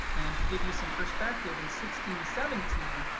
and to give you some perspective in sixteen seventeen,